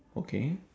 okay